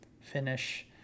finish